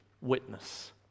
witness